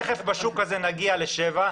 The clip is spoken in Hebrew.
תכף נגיע לשבע בשוק הזה.